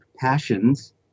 passions